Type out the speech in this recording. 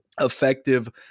effective